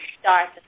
start